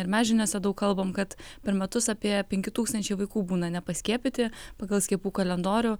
ir mes žiniose daug kalbam kad per metus apie penki tūkstančiai vaikų būna nepaskiepyti pagal skiepų kalendorių